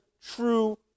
true